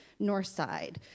Northside